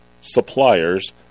suppliers